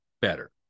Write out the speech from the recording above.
better